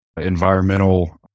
environmental